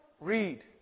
read